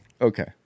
Okay